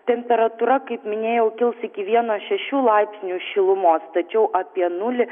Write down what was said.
temperatūra kaip minėjau kils iki vieno šešių laipsnių šilumos tačiau apie nulį